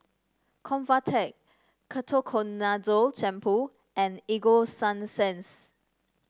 Convatec Ketoconazole Shampoo and Ego Sunsense